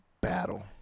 Battle